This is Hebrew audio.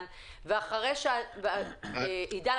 אגב,